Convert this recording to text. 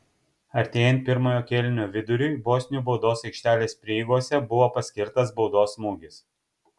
artėjant pirmojo kėlinio viduriui bosnių baudos aikštelės prieigose buvo paskirtas baudos smūgis